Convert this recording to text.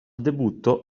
debutto